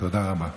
תודה רבה.